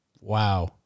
Wow